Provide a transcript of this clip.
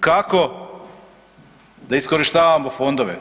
kako da iskorištavamo fondove.